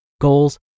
goals